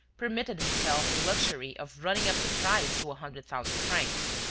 permitted himself the luxury of running up the price to a hundred thousand francs.